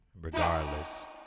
regardless